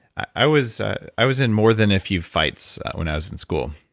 i was i was in more than a few fights when i was in school.